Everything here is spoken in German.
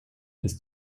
des